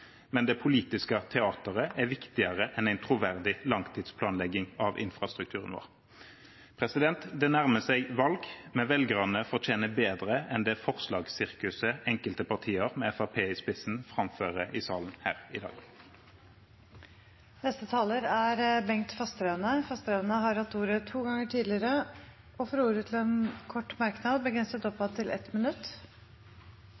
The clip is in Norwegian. men det politiske teateret er viktigere enn en troverdig langtidsplanlegging av infrastrukturen vår. Det nærmer seg valg, men velgerne fortjener bedre enn det forslagssirkuset enkelte partier, med Fremskrittspartiet i spissen, framfører i salen i dag. Representanten Bengt Fasteraune har hatt ordet to ganger tidligere og får ordet til en kort merknad, begrenset